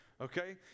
Okay